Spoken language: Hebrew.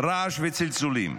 רעש וצלצולים.